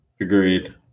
Agreed